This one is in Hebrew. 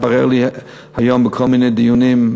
התברר לי היום בכל מיני דיונים,